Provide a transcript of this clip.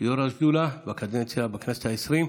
יו"ר השדולה בכנסת העשרים.